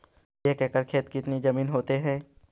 एक एकड़ खेत कितनी जमीन होते हैं?